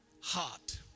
heart